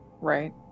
Right